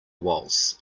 waltz